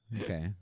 Okay